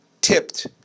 tipped